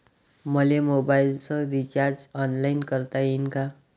मले मोबाईलच recharge online करता येईन का?